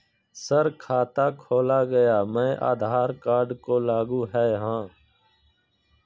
Sir खाता खोला गया मैं आधार कार्ड को लागू है हां?